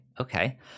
Okay